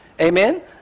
Amen